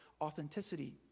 authenticity